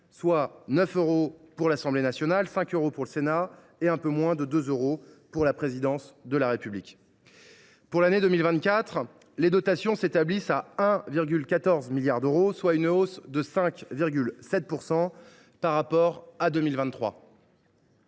de 9 euros pour l’Assemblée nationale, de 5 euros pour le Sénat et d’un peu moins de 2 euros pour la présidence de la République. Pour l’année 2024, les dotations s’établissent à 1,14 milliard d’euros, soit une hausse de 5,7 % par rapport à 2023.